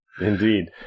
Indeed